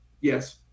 Yes